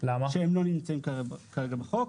שהם לא נמצאים כרגע בחוק.